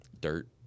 Dirt